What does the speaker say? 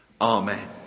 Amen